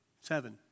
Seven